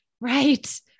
right